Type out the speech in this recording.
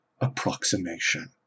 approximation